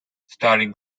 starring